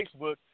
Facebook